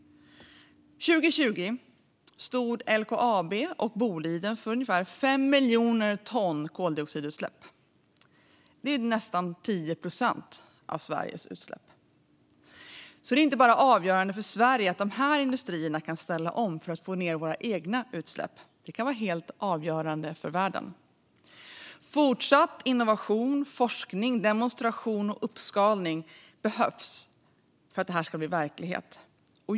År 2020 släppte LKAB och Boliden ut ungefär 5 miljoner ton koldioxid. Det är nästan 10 procent av Sveriges utsläpp. Det är inte bara avgörande för oss i Sverige att dessa industrier kan ställa om för att få ned våra egna utsläpp, utan det kan vara helt avgörande för världen. Fortsatt innovation, forskning, demonstration och uppskalning behövs för att detta ska bli verklighet.